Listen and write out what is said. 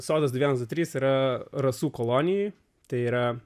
sodas du vienas du trys yra rasų kolonijoj tai yra